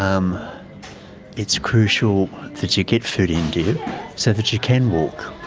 um it's crucial that you get food into you so that you can walk.